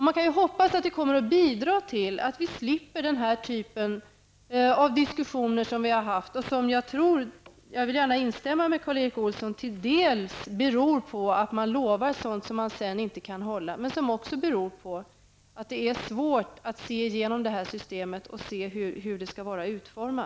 Man kan ju hoppas att det kommer att bidra till att vi slipper den här typen av diskussioner. Jag tror att det beror på, här vill jag gärna instämma med Karl Erik Olsson, att man lovar sådant som man sedan inte kan hålla. De beror också på att det är svårt att se igenom det här systemet och se hur det skall vara utformat.